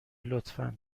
لطفا